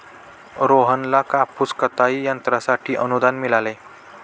रोहनला कापूस कताई यंत्रासाठी अनुदान मिळाले